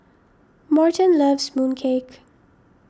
Morton loves Mooncake